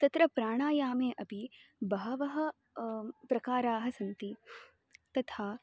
तत्र प्राणायामे अपि बहवः प्रकाराः सन्ति तथा